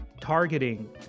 targeting